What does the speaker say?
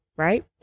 Right